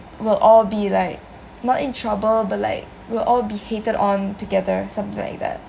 we'll all be like not in trouble but like we'll all be hated on together something like that